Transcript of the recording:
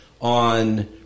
on